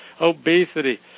obesity